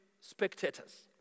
spectators